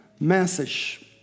Message